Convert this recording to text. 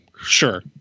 Sure